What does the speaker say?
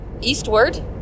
eastward